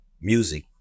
music